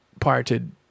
parted